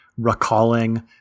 recalling